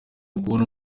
ukubona